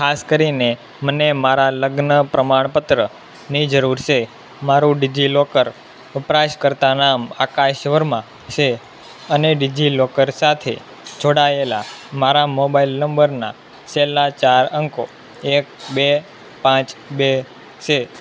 ખાસ કરીને મને મારા લગ્ન પ્રમાણપત્રની જરુર છે મારું ડિજિલોકર વપરાશકર્તા નામ આકાશ વર્મા છે અને ડિજિલોકર સાથે જોડાયેલા મારા મોબાઈલ નંબરના છેલ્લા ચાર અંકો એક બે પાંચ બે છે